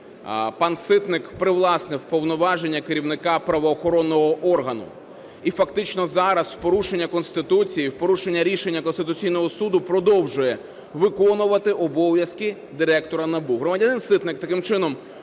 пан Ситник привласнив повноваження керівника правоохоронного органу. І фактично зараз в порушення Конституції, в порушення рішення Конституційного Суду продовжує виконувати обов'язки Директора НАБУ. Громадянин Ситник таким чином